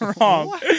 wrong